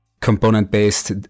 component-based